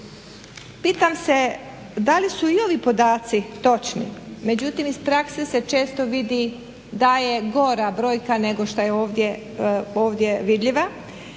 Pitam se da li su i ovi podaci točni, međutim iz prakse se često vidi da je gora brojka nego što je ovdje vidljiva.